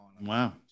Wow